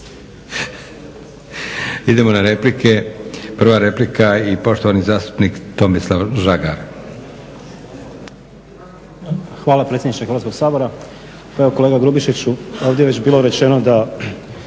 Idemo na replike. Prva replika i poštovani zastupnik Tomislav Žagar. **Žagar, Tomislav (SDP)** Hvala predsjedniče Hrvatskog sabora. Pa evo kolega Grubišiću ovdje je već bilo rečeno da